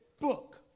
book